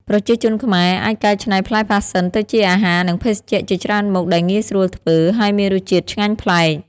ប្រជាជនខ្មែរអាចកែច្នៃផ្លែផាសសិនទៅជាអាហារនិងភេសជ្ជៈជាច្រើនមុខដែលងាយស្រួលធ្វើ ហើយមានរសជាតិឆ្ងាញ់ប្លែក។